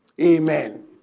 Amen